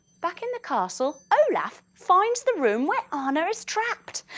back in the castle, olaf finds the room where anna is trapped.